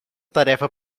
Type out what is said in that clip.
tarefa